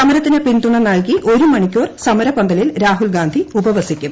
സമരത്തിന് പിന്തുണ നൽകി ഒരു മണിക്കൂർ സമരപ്പന്തലിൽ രാഹ്റുൽ ്ഗാന്ധി ഉപവസിക്കും